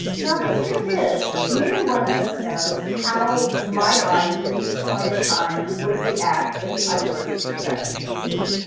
now the truth is, neither one of us knows how my body at this point in time would react if i were to contract this disease.